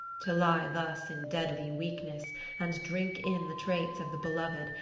to lie thus in deadly weakness and drink in the traits of the beloved,